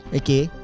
okay